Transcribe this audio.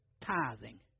tithing